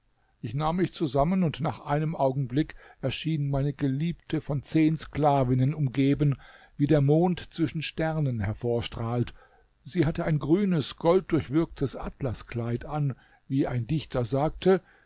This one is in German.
ich nahm mich zusammen und nach einem augenblick erschien meine geliebte von zehn sklavinnen umgeben wie der mond zwischen sternen hervorstrahlt sie hatte ein grünes golddurchwirktes atlaskleid an wie ein dichter sagte